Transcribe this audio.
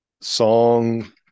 song